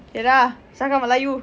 okay lah cakap melayu